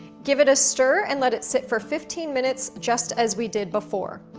give it a stir and let it sit for fifteen minutes just as we did before.